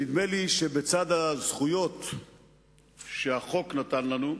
נדמה לי שבצד הזכויות שהחוק נתן לנו,